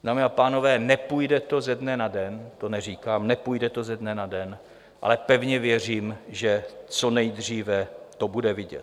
Dámy a pánové, nepůjde to ze dne na den, to neříkám, nepůjde to ze dne na den, ale pevně věřím, že co nejdříve to bude vidět.